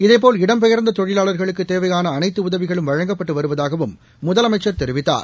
இதேபோல் இடம்பெயர்ந்ததொழிலாளர்களுக்குதேவையானஅனைத்துஉதவிகளும் வழங்கப்பட்டுவருவதாகவும் முதலமைச்சர் தெரிவித்தார்